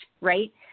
right